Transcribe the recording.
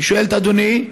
אני שואל את אדוני: